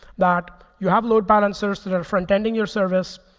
that you have load balancers that are front-ending your service.